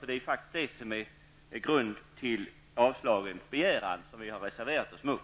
Det är det som är grunden till det avstyrkande vilket vi har reserverat oss mot.